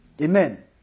amen